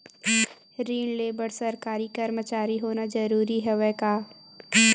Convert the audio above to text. ऋण ले बर सरकारी कर्मचारी होना जरूरी हवय का?